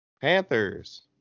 Panthers